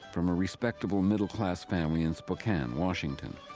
from a respectable middle-class family in spokane, washington,